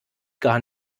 gar